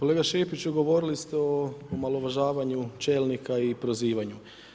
Kolega Šipiću, govorili ste o omalovažavanju čelnika i prozivanju.